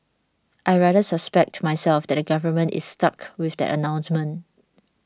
I rather suspect myself that the government is stuck with that announcement